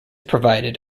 provided